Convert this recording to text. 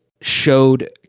showed